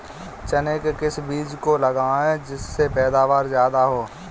चने के किस बीज को लगाएँ जिससे पैदावार ज्यादा हो?